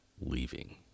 leaving